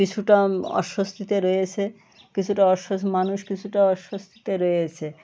কিছুটা অস্বস্তিতে রয়েছে কিছুটা মানুষ কিছুটা অস্বস্তিতে রয়েছে